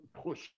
push